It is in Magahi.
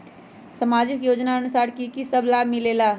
समाजिक योजनानुसार कि कि सब लाब मिलीला?